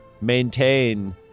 maintain